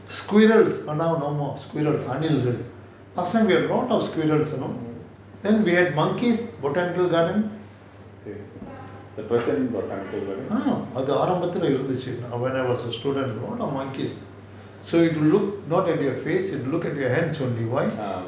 squirrels but now no more squirrels அணில்கள்:anilgal last time we have a lot of squirrels you know then we have monkeys botanical garden அது ஆரம்பத்துல இருந்துச்சி:athu aarambathula irunthuchi when I was a student a lot of monkeys so it will look not at your face it will look at your hands only why